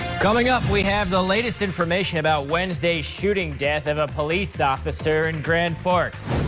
coming up, we have the latest information about wednesday's shooting death of a police officer in grand forks.